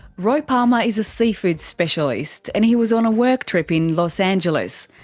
roy palmer is a seafood specialist, and he was on a work trip in los angeles.